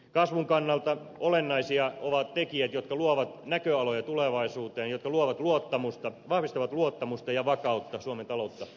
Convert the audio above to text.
kasvun kannalta olennaisia ovat tekijät jotka luovat näköaloja tulevaisuuteen jotka vahvistavat luottamusta ja vakautta suomen taloutta kohtaan